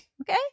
Okay